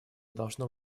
должно